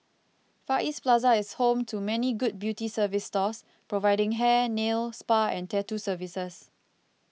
Far East Plaza is home to many good beauty service stores providing hair nail spa and tattoo services